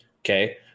Okay